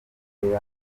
imbere